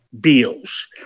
bills